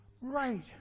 right